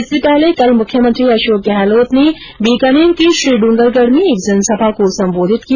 इससे पहले कल मुख्यमंत्री अषोक गहलोत ने बीकानेर के श्रीडूंगरगढ में एक जनसभा को संबोधित किया